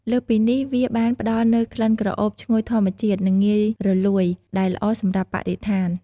លើសពីនេះ វាបានផ្តល់នូវក្លិនក្រអូបឈ្ងុយធម្មជាតិ និងងាយរលួយ ដែលល្អសម្រាប់បរិស្ថាន។